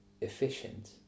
efficient